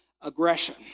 aggression